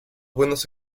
buenos